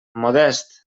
modest